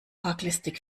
arglistig